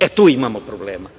e, tu imamo problema.